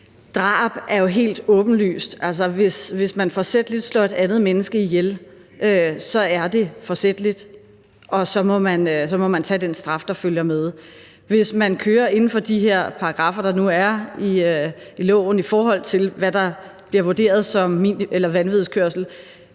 drab er det jo helt åbenlyst – altså, hvis man forsætligt slår et andet menneske ihjel, er det forsætligt, og så må man tage den straf, der følger med, også hvis ens kørsel i forhold til de her paragraffer, der er i loven, bliver vurderet som vanvidskørsel.